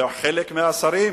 וחלק מהשרים